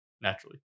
naturally